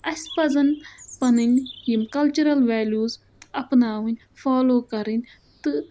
اَسہِ پَزَن پَنٕنۍ یِم کَلچرَل ویلیوٗز اَپناوٕنۍ فالو کَرٕنۍ تہٕ